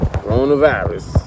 Coronavirus